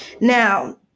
now